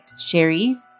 Sherry